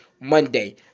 Monday